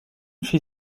fit